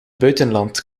buitenland